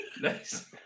Nice